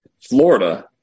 Florida